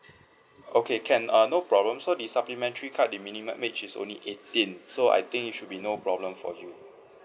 okay can uh no problem so the supplementary card the minimum age is only eighteen so I think it should be no problem for you